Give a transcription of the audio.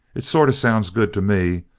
it sort of sounds good to me.